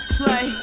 play